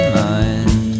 mind